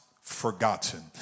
forgotten